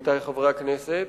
עמיתי חברי הכנסת,